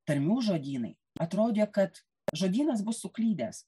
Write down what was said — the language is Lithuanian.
tarmių žodynai atrodė kad žodynas bus suklydęs